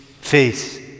face